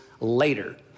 later